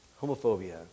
Homophobia